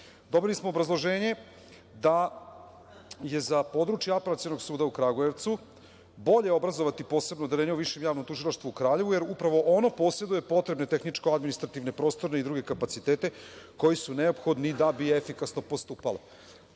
smo obrazloženje da je za područje Apelacionog suda u Kragujevcu bolje obrazovati Posebno odeljenje u Višem javnom tužilaštvu u Kraljevu jer upravo ono poseduje posebne tehničko-administrativne, prostorne i druge kapacitete koji su neophodni da bi efikasno postupalo.